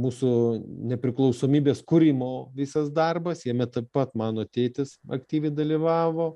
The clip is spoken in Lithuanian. mūsų nepriklausomybės kūrimo visas darbas jame taip pat mano tėtis aktyviai dalyvavo